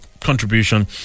contribution